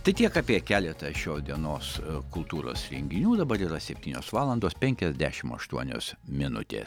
tai tiek apie keletą šios dienos kultūros renginių dabar yra septynios valandos penkiasdešim aštuonios minutė